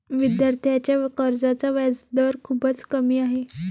विद्यार्थ्यांच्या कर्जाचा व्याजदर खूपच कमी आहे